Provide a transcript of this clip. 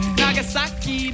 nagasaki